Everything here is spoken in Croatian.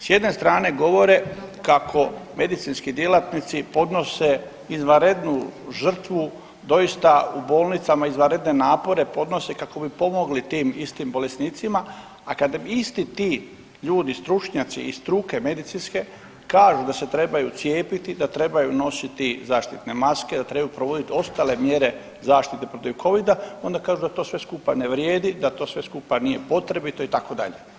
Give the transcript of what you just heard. S jedne strane govore kako medicinski djelatnici podnose izvanrednu žrtvu doista u bolnicama, izvanredne napore podnose kako bi pomogli tim istim bolesnicima, a kada im isti ti ljudi, stručnjaci iz struke medicinske kažu da se trebaju cijepiti, da trebaju nositi zaštitne maske, da trebaju provoditi ostale mjere zaštite protiv Covida, onda kažu da to sve skupa ne vrijedi, da to sve skupa nije potrebito, itd.